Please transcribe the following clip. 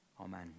Amen